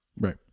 Right